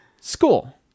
school